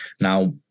now